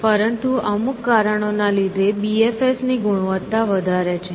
પરંતુ અમુક કારણો ના લીધે BFS ની ગુણવત્તા વધારે છે